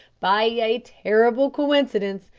by a terrible coincidence,